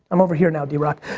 i'm over here now drock.